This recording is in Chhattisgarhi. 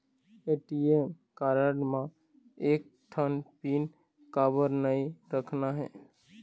ए.टी.एम कारड म एक ठन पिन काबर नई रखना हे?